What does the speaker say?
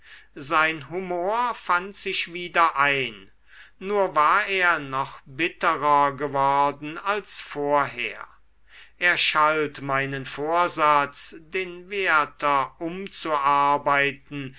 sein humor fand sich wieder ein nur war er noch bitterer geworden als vorher er schalt meinen vorsatz den werther umzuarbeiten